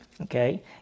Okay